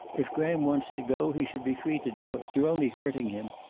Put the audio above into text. if graham wants to go, he should be free to do it. you're only hurting him,